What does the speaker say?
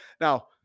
now